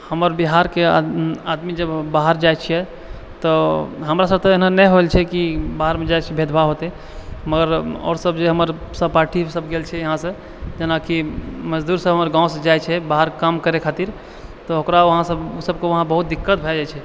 हमर बिहारके आदमी जब बाहर जाइ छियै तऽ हमरा साथ तऽ एहनो नहि होल छै कि बाहरमे जाइसँ भेद भाव होतै मगर आओर सब जे हमर सहपाठी सब गेल छै यहाँसँ जेनाकि मजदूर सब हमर गाँवसँ जाइ छै बाहर काम करै खातिर तऽ ओकरा वहाँ ई सबके दिक्कत भए जाइ छै